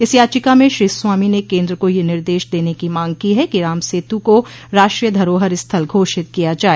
इस याचिका में श्री स्वामी ने केन्द्र को यह निर्देश देने की माग की है कि राम सेतू को राष्ट्रीय धरोहर स्थल घोषित किया जाए